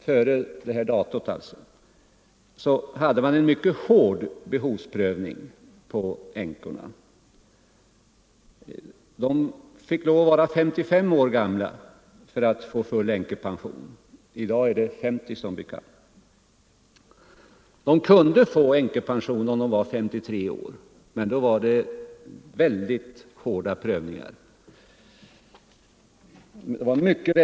Före detta datum hade man alltså en mycket hård behovsprövning beträffande änkor. De måste vara 55 år gamla för att få full änkepension — i dag ligger åldersgränsen som bekant vid 50. De kunde få änkepension om de var 53 år, men behovsprövningen i dessa fall var mycket hård.